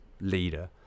leader